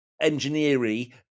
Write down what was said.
engineering